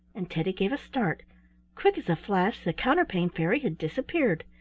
and teddy gave a start quick as a flash the counterpane fairy had disappeared.